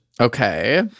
Okay